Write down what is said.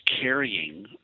carrying